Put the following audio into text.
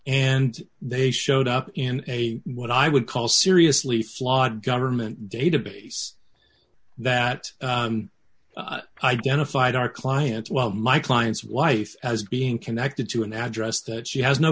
and they showed up in a what i would call seriously flawed government database that i began to fight our clients well my clients wife as being connected to an address that she has no